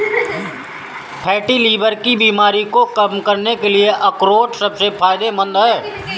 fatty liver की बीमारी को कम करने के लिए अखरोट सबसे फायदेमंद है